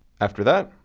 after that,